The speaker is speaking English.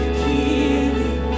healing